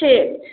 ठीक